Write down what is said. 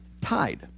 tied